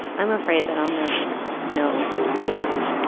i'm afraid that i'll never know who i am.